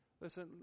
listen